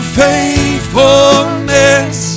faithfulness